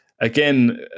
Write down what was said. again